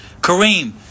Kareem